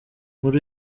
muri